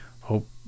hope